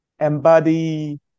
embody